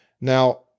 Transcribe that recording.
Now